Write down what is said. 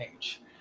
age